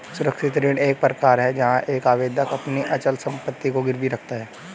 सुरक्षित ऋण एक प्रकार है जहां एक आवेदक अपनी अचल संपत्ति को गिरवी रखता है